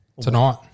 Tonight